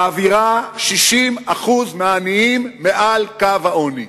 מעבירה 60% מהעניים מעל קו העוני.